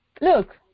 Look